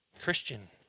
Christian